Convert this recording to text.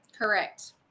Correct